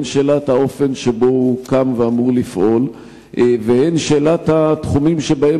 הן שאלת האופן שבו הוא הוקם ואמור לפעול והן שאלת התחומים שבהם